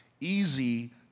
easy